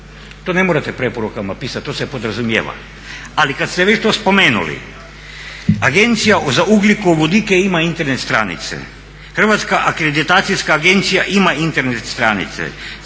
To ne trebate preporukama pisati, to se podrazumijeva. Ali kad ste već to spomenuli, Agencija za ugljikovodike ima Internet stranice, Hrvatska akreditacijska agencija ima Internet stranice,